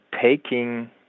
taking